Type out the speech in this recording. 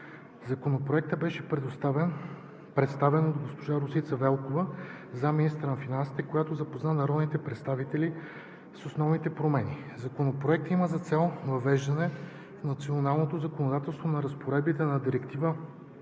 Законопроектът беше представен от госпожа Росица Велкова – заместник-министър на финансите, която запозна народните представители с основните промени. Законопроектът има за цел въвеждането в националното законодателство на разпоредбите на Директива